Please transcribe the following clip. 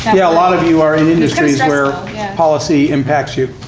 and a lot of you are in industries where policy impacts you.